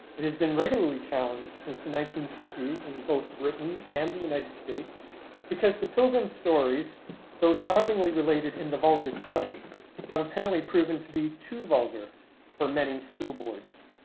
it has been regularly challenged since the nineteen fifty s in both britain and the united states because the pilgrim stories though charmingly related in the vulgar tongue have apparently proven to be too vulgar for many school boards.